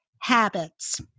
habits